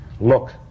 look